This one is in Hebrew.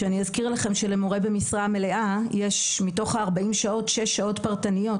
אני אזכיר לכם שלמורה במשרה מלאה יש מתוך ה-40 שעות שש שעות פרטניות,